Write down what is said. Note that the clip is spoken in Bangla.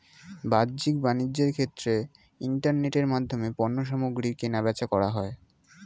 বাহ্যিক বাণিজ্যের ক্ষেত্রে ইন্টারনেটের মাধ্যমে পণ্যসামগ্রী কেনাবেচা করা হয়